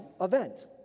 event